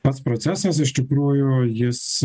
pats procesas iš tikrųjų jis